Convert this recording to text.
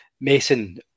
Mason